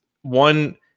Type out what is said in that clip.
One